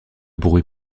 bruit